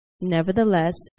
Nevertheless